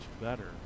better